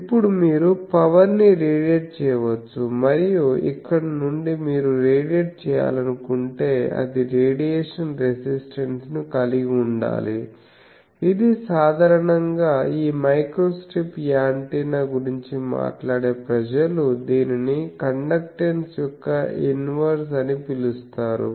ఇప్పుడు మీరు పవర్ ని రేడియేట్ చెయ్యవచ్చు మరియు అక్కడ నుండి మీరు రేడియేట్ చేయాలనుకుంటే అది రేడియేషన్ రెసిస్టెన్స్ ను కలిగి ఉండాలి ఇది సాధారణంగా ఈ మైక్రోస్ట్రిప్ యాంటెన్నా గురించి మాట్లాడే ప్రజలు దీనిని కండక్టన్స్ యొక్క ఇన్వర్స్ అని పిలుస్తారు